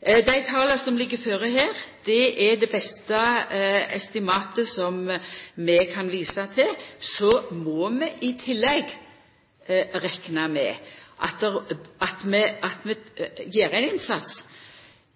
Dei tala som ligg føre her, er det beste estimatet vi kan visa til. I tillegg må vi rekna med at vi må gjera ein innsats,